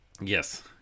yes